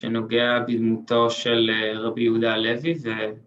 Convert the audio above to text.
‫שנוגע בדמותו של אה... רבי יהודה הלוי, ‫זה...